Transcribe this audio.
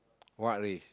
what race